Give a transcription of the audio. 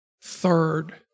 third